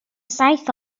saith